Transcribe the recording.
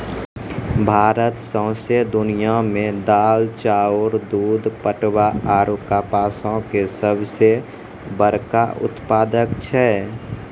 भारत सौंसे दुनिया मे दाल, चाउर, दूध, पटवा आरु कपासो के सभ से बड़का उत्पादक छै